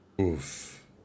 Oof